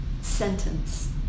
sentence